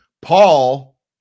Paul